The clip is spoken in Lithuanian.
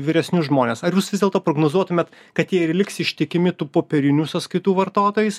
vyresnius žmones ar jūs vis dėlto prognozuotumėt kad jie ir liks ištikimi tų popierinių sąskaitų vartotojais